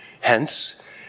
Hence